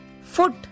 Foot